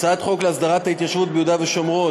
3. הצעת חוק להסדרת התיישבות ביהודה ושומרון,